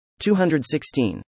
216